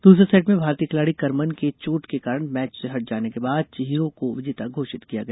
दूसरे सेट में भारतीय खिलाड़ी करमन के चोट के कारण मैच से हट जाने के बाद चिहिरों को विजेता घोषित किया गया